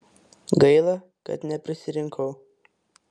gaila kad neprisirinkau